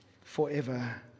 forever